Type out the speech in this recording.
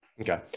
Okay